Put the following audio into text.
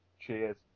Cheers